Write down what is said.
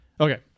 Okay